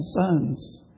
sons